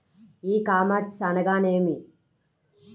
ఈ కామర్స్ అనగానేమి?